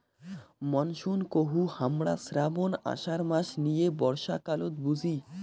monsoon কহু হামরা শ্রাবণ, আষাঢ় মাস নিয়ে বর্ষাকালত বুঝি